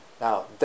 Now